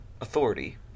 authority